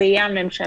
זה יהיה הממשלה.